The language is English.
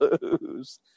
lose